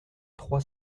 trois